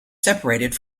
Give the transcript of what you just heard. separated